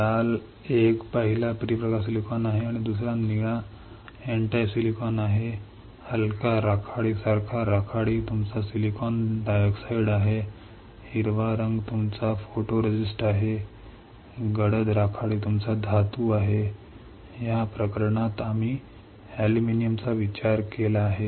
लाल एक पहिला P प्रकार सिलिकॉन आहे आणि दुसरा निळा N टाइप सिलिकॉन आहे हलका राखाडीसारखा राखाडी तुमचा सिलिकॉन डायऑक्साइड आहे हिरवा रंग तुमचा फोटोरेस्ट आहे गडद राखाडी तुमचा धातू आहे या प्रकरणात आम्ही अॅल्युमिनियमचा विचार केला आहे